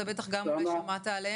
אתה בטח גם שמעת עליהן.